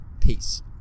Peace